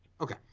Okay